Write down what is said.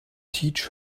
teach